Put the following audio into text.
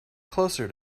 closer